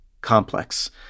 complex